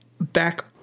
back